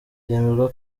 byemezwa